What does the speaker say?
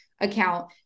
account